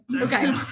Okay